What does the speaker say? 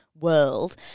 world